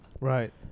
Right